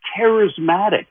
charismatic